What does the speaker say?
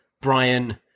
Brian